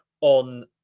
on